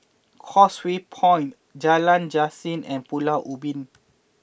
Causeway Point Jalan Yasin and Pulau Ubin